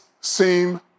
seem